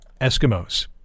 Eskimos